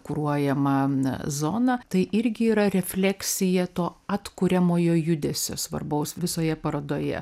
kuruojama zona tai irgi yra refleksija to atkuriamojo judesio svarbaus visoje parodoje